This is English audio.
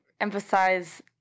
emphasize